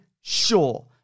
sure